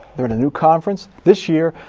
they are in a new conference. this year,